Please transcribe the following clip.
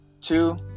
Two